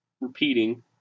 repeating